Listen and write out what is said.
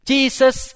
Jesus